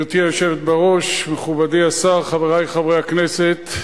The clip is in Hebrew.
גברתי היושבת-ראש, מכובדי השר, חברי חברי הכנסת,